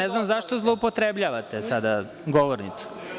Ne znam zašto zloupotrebljavate sada govornicu.